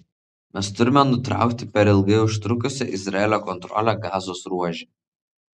mes turime nutraukti per ilgai užtrukusią izraelio kontrolę gazos ruože